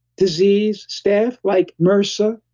disease, staph like mrsa.